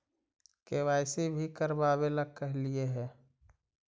KYC भी करवावेला कहलिये हे?